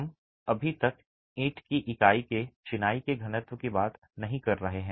हम अभी तक ईंट की इकाई के चिनाई के घनत्व की बात नहीं कर रहे हैं